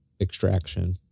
extraction